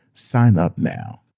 sign up now.